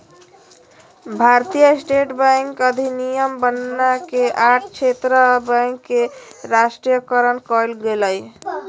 भारतीय state bank अधिनियम बनना के आठ क्षेत्र बैंक के राष्ट्रीयकरण कइल गेलय